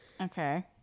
okay